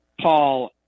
Paul